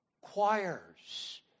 choirs